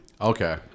Okay